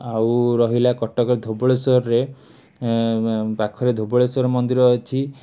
ଆଉ ରହିଲା କଟକ ଧବଳେଶ୍ୱରରେ ପାଖରେ ଧବଳେଶ୍ୱର ମନ୍ଦିର ଅଛି